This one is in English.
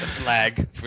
flag